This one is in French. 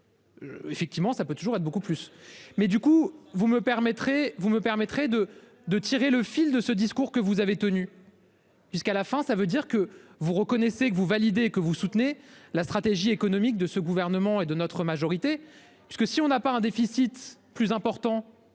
Effectivement, ça peut toujours être beaucoup plus mais du coup, vous me permettrez, vous me permettrez de de tirer le fil de ce discours que vous avez tenu. Jusqu'à la fin ça veut dire que vous reconnaissez que vous validez que vous soutenez la stratégie économique de ce gouvernement et de notre majorité, parce que si on n'a pas un déficit plus important.